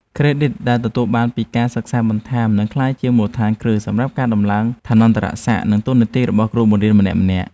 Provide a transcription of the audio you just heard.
ក្រេឌីតដែលទទួលបានពីការសិក្សាបន្ថែមនឹងក្លាយជាមូលដ្ឋានគ្រឹះសម្រាប់ការតម្លើងឋានន្តរស័ក្តិនិងតួនាទីរបស់គ្រូបង្រៀនម្នាក់ៗ។